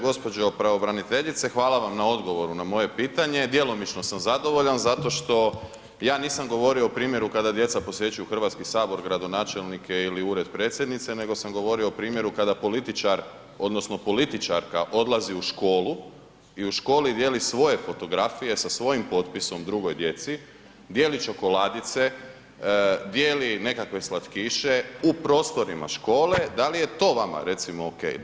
Gospođo pravobraniteljice, hvala vam na odgovoru na moje pitanje, djelomično sam zadovoljan zato što ja nisam govorio o primjeru kada djeca posjećuju Hrvatski sabor, gradonačelnike ili Ured predsjednice nego sam govorio o primjeru kada političar, odnosno političarka odlazi u školu i u školi dijeli svoje fotografije sa svojim potpisom drugoj djeci, dijeli čokoladice, dijeli nekakve slatkiše u prostorima škole, da li je to recimo vama OK?